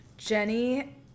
Jenny